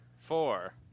four